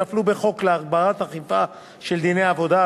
שנפלו בחוק להגברת האכיפה של דיני העבודה,